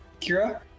Kira